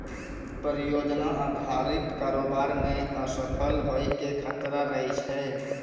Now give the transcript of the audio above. परियोजना अधारित कारोबार मे असफल होय के खतरा रहै छै